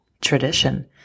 tradition